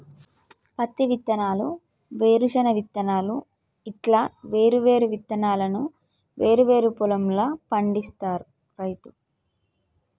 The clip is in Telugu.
పత్తి విత్తనాలు, వేరుశన విత్తనాలు ఇట్లా వేరు వేరు విత్తనాలను వేరు వేరు పొలం ల పండిస్తాడు రైతు